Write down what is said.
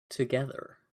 together